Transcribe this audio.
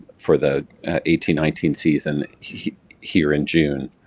for the eighteen nineteen season here in june.